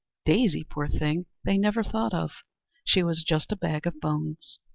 daisy, poor thing, they never thought of she was just a bag of bones.